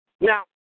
Now